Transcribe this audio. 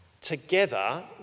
together